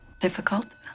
Difficult